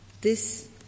this-